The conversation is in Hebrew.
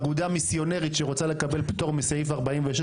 אגודה מיסיונרית שרוצה לקבל פטור מסעיף 46,